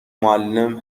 معلم